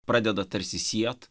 pradeda tarsi siet